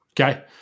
Okay